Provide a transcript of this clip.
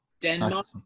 Denmark